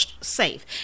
safe